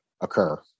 occur